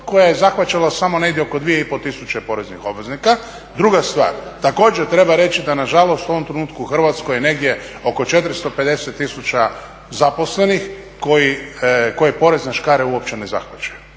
koja je zahvaćala samo negdje oko 2 i pol tisuće poreznih obveznika. Druga stvar. Također treba reći da na žalost u ovom trenutku u Hrvatskoj je negdje oko 450000 zaposlenih koje porezne škare uopće ne zahvaćaju.